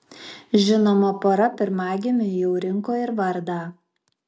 žinoma pora pirmagimiui jau rinko ir vardą